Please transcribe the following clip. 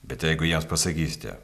bet jeigu jiems pasakysite